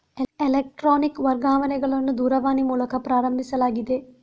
electronic ವರ್ಗಾವಣೆಗಳನ್ನು ದೂರವಾಣಿ ಮೂಲಕ ಪ್ರಾರಂಭಿಸಲಾಗಿದೆ